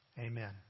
Amen